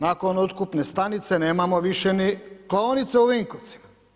Nakon otkupne stanice nemamo više ni klaonice u Vinkovcima.